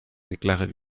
déclarait